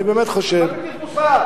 אני באמת חושב, אתה מטיף מוסר.